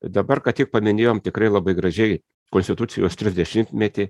dabar ką tik paminėjom tikrai labai gražiai konstitucijos trisdešimtmetį